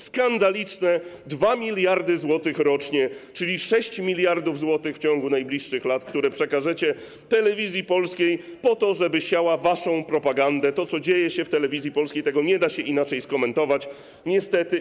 Skandaliczne 2 mld zł rocznie, czyli 6 mld zł w ciągu najbliższych lat, które przekażecie Telewizji Polskiej po to, żeby siała waszą propagandę, to, co dzieje się w Telewizji Polskiej - tego nie da się inaczej skomentować niestety.